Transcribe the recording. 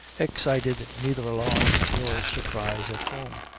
excited neither alarm nor surprise at home.